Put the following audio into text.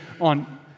on